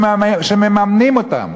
שמממנים אותן.